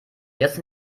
jetzt